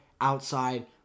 outside